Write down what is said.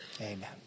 amen